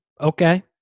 Okay